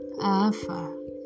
Alpha